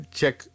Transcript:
check